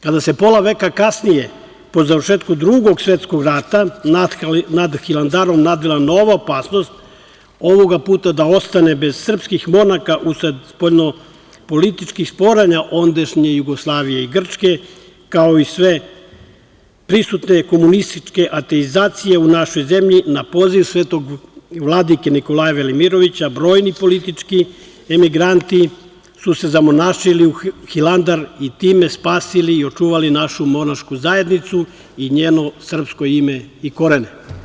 Kada se pola veka kasnije, po završetku Drugog svetskog rata, nad Hilandarom nadvila nova opasnost, ovoga puta da ostane bez srpskih monaha usled spoljno-političkih sporenja ondašnje Jugoslavije i Grčke, kao i sve prisutne komunističke ateizacije u našoj zemlji na poziv Svetog vladike Nikolaja Velimirovića, brojni politički emigranti su se zamonašili u Hilandar i time spasili i očuvali našu monašku zajednicu i njeno srpske ime i korene.